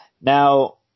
Now